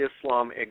Islam